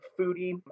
foodie